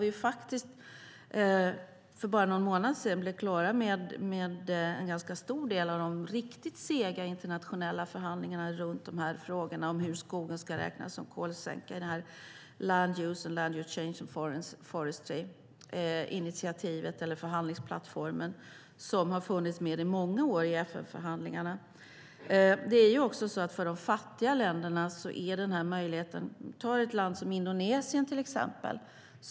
Vi blev faktiskt för bara någon månad sedan klara med en ganska stor del av de riktigt sega internationella förhandlingarna runt frågorna om hur skogen ska räknas som kolsänka i det här Land use, land-use change and forestry-initiativet eller den förhandlingsplattformen, som har funnits med i många år i FN-förhandlingarna. Det är också så att för de fattiga länderna är detta en möjlighet. Ta ett land som Indonesien, till exempel.